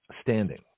standing